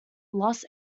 los